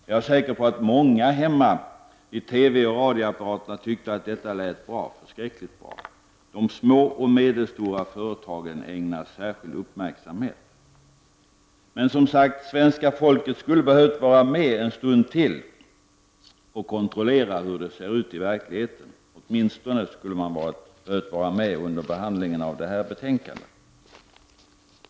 Jag är ker på att många hemma vid TV och radioapparaterna tyckte att detta lät mycket bra. De små och medelstora företagen ägnas särskild uppmärksamhet. Men, som sagt, svenska folket skulle ha behövt vara med en stund till för att kontrollera hur det ser ut i verkligheten. Åtminstone skulle svenska folket ha behövt vara med under behandlingen av detta betänkande.